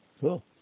Cool